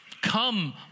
Come